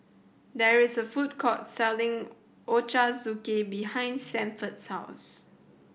there is a food court selling Ochazuke behind Sanford's house